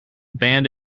band